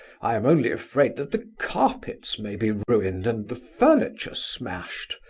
i am only afraid that the carpets may be ruined, and the furniture smashed.